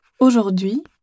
Aujourd'hui